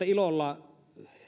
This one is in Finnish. ilolla